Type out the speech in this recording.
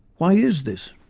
why is this?